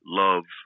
love